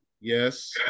Yes